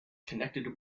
connected